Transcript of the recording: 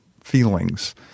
feelings